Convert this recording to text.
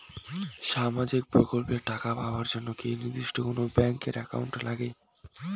সামাজিক প্রকল্পের টাকা পাবার জন্যে কি নির্দিষ্ট কোনো ব্যাংক এর একাউন্ট লাগে?